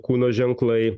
kūno ženklai